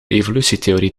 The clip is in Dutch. evolutietheorie